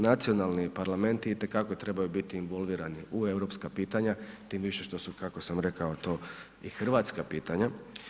Nacionalni parlametni itekako trebaju biti involvirani u europska pitanja, tim više što su kako sam rekao to i hrvatska pitanja.